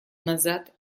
назад